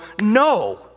no